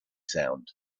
sound